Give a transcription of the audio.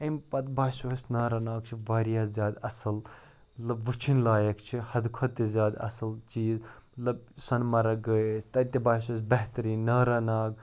اَمہِ پَتہٕ باسیو اَسہِ ناراناگ چھُ واریاہ زیادٕ اَصٕل مطلب وٕچھِنۍ لایق چھِ حدٕ کھۄتہٕ تہِ زیادٕ اَصٕل چھِ یہِ مطلب سۄنمرٕگ گٔے أسۍ تَتہِ تہِ باسیو اَسہِ بہتریٖن ناراناگ